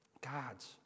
God's